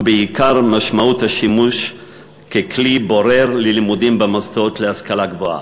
ובעיקר משמעות השימוש ככלי בורר ללימודים במוסדות להשכלה גבוהה.